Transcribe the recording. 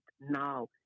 now